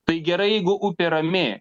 tai gerai jeigu upė rami